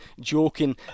joking